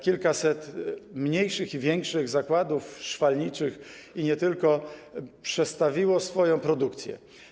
Kilkaset mniejszych i większych zakładów szwalniczych i nie tylko przestawiło swoją produkcję.